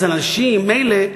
אז אנשים מילא,